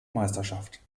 meisterschaft